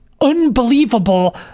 unbelievable